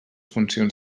funcions